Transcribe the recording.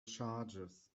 charges